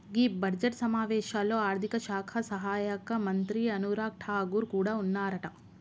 గీ budget సమావేశాల్లో ఆర్థిక శాఖ సహాయక మంత్రి అనురాగ్ ఠాగూర్ కూడా ఉన్నారట